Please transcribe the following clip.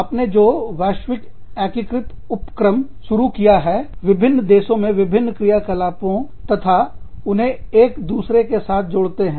आपने जो वैश्विक एकीकृत उपक्रम शुरू किया हैविभिन्न देशों में विभिन्न क्रियाकलापों तथा उन्हें एक दूसरे के साथ जोड़ते हैं